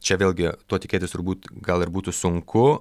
čia vėlgi to tikėtis turbūt gal ir būtų sunku